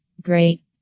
great